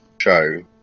show